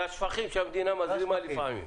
והשפכים שהמדינה מזרימה לפעמים.